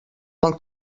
pel